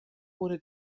wurde